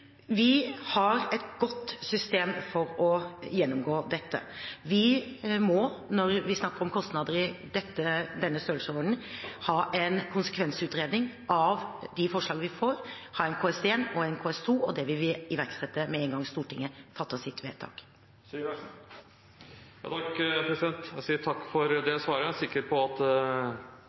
Vi har et godt system for å gjennomgå dette. Vi må, når vi snakker om kostnader i denne størrelsesordenen, ha en konsekvensutredning av de forslagene vi får – en KS1 og en KS2 – og det vil vi iverksette med en gang Stortinget har fattet sitt vedtak. Takk for svaret. Jeg er sikker på at